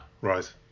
Right